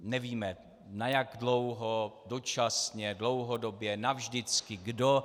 Nevíme, na jak dlouho, dočasně, dlouhodobě, navždycky, kdo.